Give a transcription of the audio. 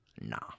nah